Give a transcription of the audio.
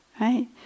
right